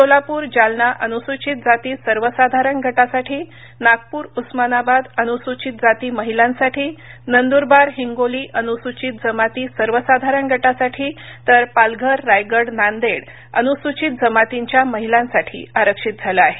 सोलापूर जालना अनुसूचित जाती सर्वसाधारण गटासाठी नागपूर उस्मानाबाद अनुसूचित जाती महिलांसाठी नंदुरबार हिंगोली अनुसूचित जमाती सर्वसाधारण गटासाठी तर पालघर रायगड नांदेड अनुसूचित जमातींच्या महिलांसाठी आरक्षित झालं आहे